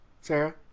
Sarah